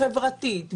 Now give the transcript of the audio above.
חברתית,